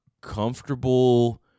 comfortable